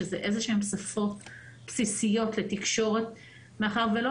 שזה איזשהן שפות בסיסיות לתקשורת מאחר ולא